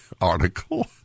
article